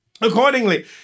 Accordingly